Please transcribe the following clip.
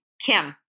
Kim